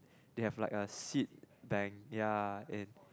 they have like a seed then their if